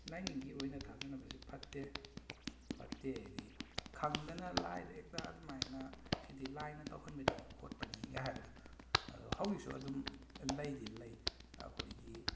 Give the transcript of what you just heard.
ꯂꯥꯏꯅꯤꯡꯒꯤ ꯑꯣꯏꯅ ꯊꯥꯖꯅꯕꯁꯤ ꯐꯠꯇꯦ ꯐꯠꯇꯦ ꯍꯥꯏꯕꯗꯤ ꯈꯪꯗꯅ ꯂꯥꯏꯗ ꯍꯦꯛꯇ ꯑꯗꯨꯝꯃꯥꯏꯅ ꯑꯁꯤꯗꯤ ꯂꯥꯏꯅ ꯇꯧꯍꯟꯕꯅꯤ ꯈꯣꯠꯄꯅꯤꯒ ꯍꯥꯏꯕꯗꯣ ꯑꯗꯣ ꯍꯧꯖꯤꯛꯁꯨ ꯑꯗꯨꯝ ꯂꯩꯗꯤ ꯂꯩ ꯑꯩꯈꯣꯏꯒꯤ